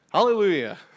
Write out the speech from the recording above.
Hallelujah